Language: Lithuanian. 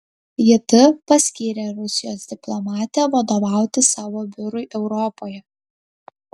jt paskyrė rusijos diplomatę vadovauti savo biurui europoje